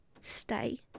Stay